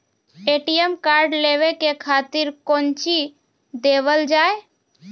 ATM card लेवे के खातिर कौंची देवल जाए?